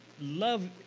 Love